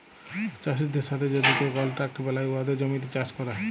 চাষীদের সাথে যদি কেউ কলট্রাক্ট বেলায় উয়াদের জমিতে চাষ ক্যরে